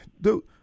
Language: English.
Dude